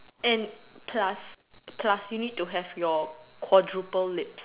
and plus plus you need to have tour quadruple lips